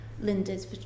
Linda's